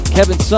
Kevin